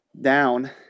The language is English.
down